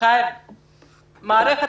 חיים ביבס,